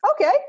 okay